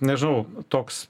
nežinau toks